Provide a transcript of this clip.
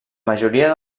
majoria